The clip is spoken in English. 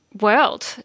world